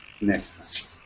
Next